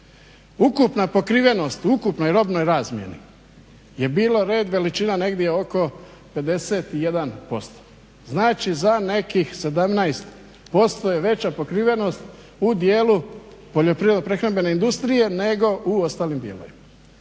Ukupna pokrivenost u ukupnoj robnoj razmjeni je bilo red veličina negdje oko 51%. Znači, za nekih 17% je veća pokrivenost u dijelu poljoprivredno-prehrambene industrije nego u ostalim dijelovima.